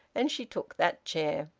and she took that chair.